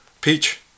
Peach